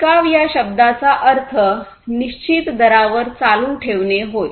टिकाव या शब्दाचा अर्थ निश्चित दरावर चालू ठेवणे होय